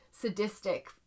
sadistic